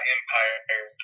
Empire